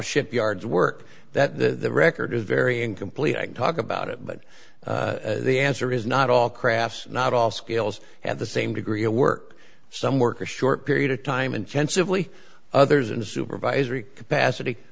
shipyards work that the record is very incomplete i can talk about it but the answer is not all crafts not all scales at the same degree a work some work a short period of time intensively others in a supervisory capacity